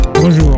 Bonjour